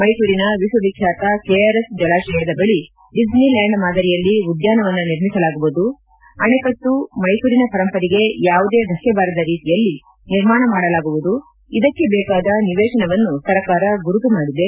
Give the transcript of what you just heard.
ಮೈಸೂರಿನ ವಿಶ್ವ ವಿಖ್ಯಾತ ಕೆಆರ್ಎಸ್ ಜಲಾಶಯದ ಬಳಿ ಡಿಸ್ನಿ ಲ್ಯಾಂಡ್ ಮಾದರಿಯಲ್ಲಿ ಉದ್ಯಾನವನ ನಿರ್ಮಿಸಲಾಗುವುದು ಅಣ್ಣೆಕಟ್ಟು ಮೈಸೂರಿನ ಪರಂಪರೆಗೆ ಯಾವುದೇ ಧಕ್ಕೆಬಾರದ ರೀತಿಯಲ್ಲಿ ನಿರ್ಮಾಣ ಮಾಡಲಾಗುವುದು ಇದಕ್ಕೆ ಬೇಕಾದ ನಿವೇಶನವನ್ನು ಸರ್ಕಾರ ಗುರುತು ಮಾಡಿದೆ